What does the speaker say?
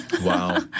Wow